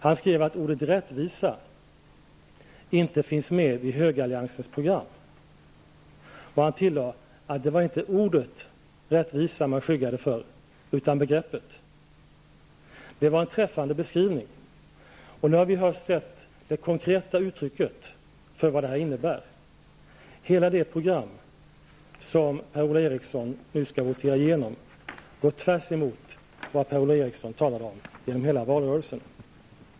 Han skrev att ordet rättvisa inte finns med i högeralliansens program, och han tillade att det var inte ordet rättvisa man skyggade för utan begreppet. Det var en träffande beskrivning, och nu har vi kunnat iaktta vad det konkreta uttrycket för det här innebär. Hela det program som Per-Ola Eriksson nu skall votera genom går tvärsemot vad Per-Ola Eriksson talade om genom hela valrörelsen.